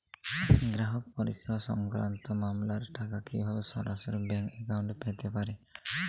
গ্রাহক পরিষেবা সংক্রান্ত মামলার টাকা কীভাবে সরাসরি ব্যাংক অ্যাকাউন্টে পেতে পারি?